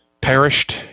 perished